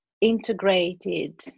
integrated